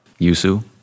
Yusu